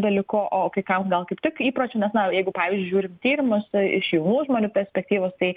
dalyku o kai kam gal kaip tik įpročiu nes na jeigu pavyzdžiui žiūrim tyrimus tai iš jaunų žmonių perspektyvos tai